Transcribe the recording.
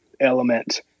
element